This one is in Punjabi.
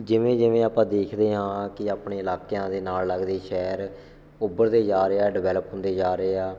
ਜਿਵੇਂ ਜਿਵੇਂ ਆਪਾਂ ਦੇਖਦੇ ਹਾਂ ਕਿ ਆਪਣੇ ਇਲਾਕਿਆਂ ਦੇ ਨਾਲ ਲੱਗਦੇ ਸ਼ਹਿਰ ਉੱਭਰਦੇ ਜਾ ਰਹੇ ਆ ਡਿਵੈਲਪ ਹੁੰਦੇ ਜਾ ਰਹੇ ਆ